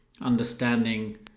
understanding